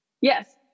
yes